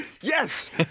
yes